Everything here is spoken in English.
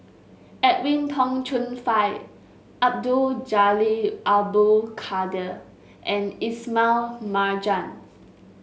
Edwin Tong Chun Fai Abdul Jalil Abdul Kadir and Ismail Marjan